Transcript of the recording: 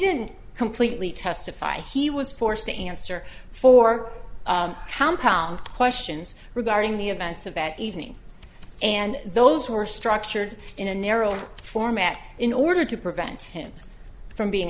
didn't completely testify he was forced to answer for how pound questions regarding the events of that evening and those who are structured in a narrower format in order to prevent him from being